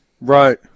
Right